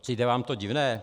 Přijde vám to divné?